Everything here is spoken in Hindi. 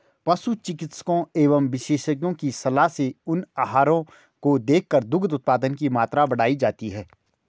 पशु चिकित्सकों एवं विशेषज्ञों की सलाह से उन आहारों को देकर दुग्ध उत्पादन की मात्रा बढ़ाई जाती है